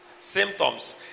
symptoms